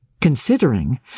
Considering